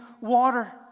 water